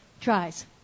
tries